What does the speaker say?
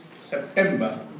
September